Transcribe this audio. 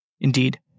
Indeed